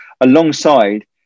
alongside